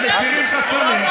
כשמסירים חסמים,